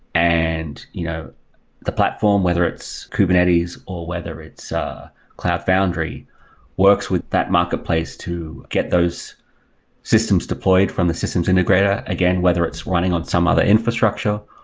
and you know the platform, whether it's kubernetes, or whether it's cloud foundry works with that marketplace to get those systems deployed from the systems integrator, again, whether it's running on some other infrastructure,